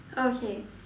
okay